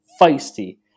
feisty